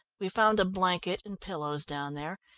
we found a blanket, and pillows, down there,